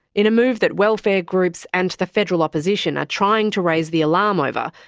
in a move that welfare groups and the federal opposition are trying to raise the alarm over,